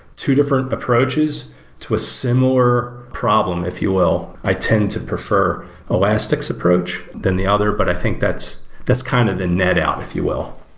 two different approaches to a similar problem, if you will. i tend to prefer elastic's approach than the other, but i think that's that's kind of the net out, if you will.